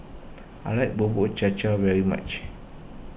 I like Bubur Cha Cha very much